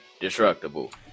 destructible